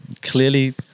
clearly